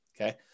Okay